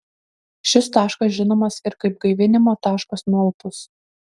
šis taškas žinomas ir kaip gaivinimo taškas nualpus